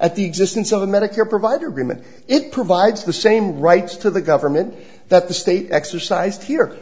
at the existence of the medicare providers agreement it provides the same rights to the government that the state exercised here